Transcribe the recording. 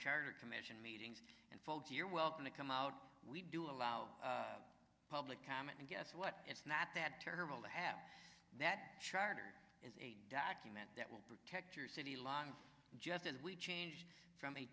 charter commission meeting and you're welcome to come out we do allow public comment and guess what it's not that terrible to have that charter as a document that will protect your city line just as we changed from